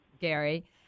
Gary